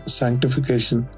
sanctification